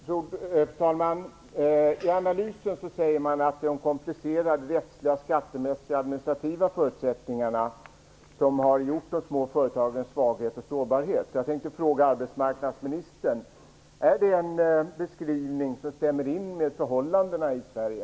Fru talman! I nämnda analys säger man att det är de komplicerade rättsliga, skattemässiga och administrativa förutsättningarna som gjort att de små företagen är svaga och sårbara. Är det, arbetsmarknadsministern, en beskrivning som överensstämmer med förhållandena i Sverige?